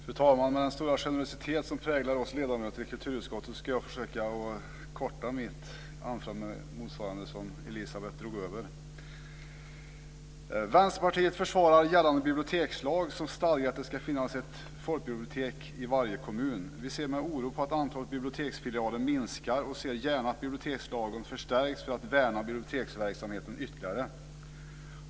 Fru talman! Den stora generositet som präglar oss ledamöter i kulturutskottet gör att jag ska försöka korta ned mitt anförande motsvarande de minuter som Elisabeth Fleetwood drog över. Vänsterpartiet försvarar gällande bibliotekslag, som stadgar att det ska finnas ett folkbibliotek i varje kommun. Vi ser med oro på att antalet biblioteksfilialer minskar och ser gärna att bibliotekslagen förstärks för att värna biblioteksverksamheten ytterligare.